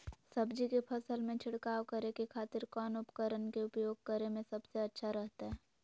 सब्जी के फसल में छिड़काव करे के खातिर कौन उपकरण के उपयोग करें में सबसे अच्छा रहतय?